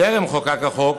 טרם חוקק החוק,